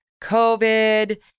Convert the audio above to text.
COVID